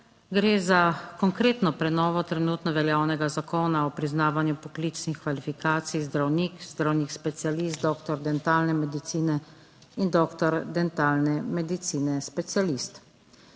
gre za konkretno prenovo trenutno veljavnega Zakona o priznavanju poklicnih kvalifikacij zdravnik, zdravnik specialist, doktor dentalne medicine in doktor dentalne medicine specialist.